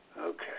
Okay